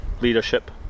leadership